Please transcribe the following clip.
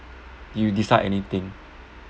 you decide anything